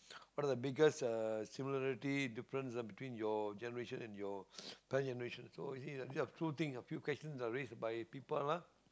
what are the biggest uh similarity difference between your generation and your parent's generation so you see these are a true thing a few questions are raised by people ah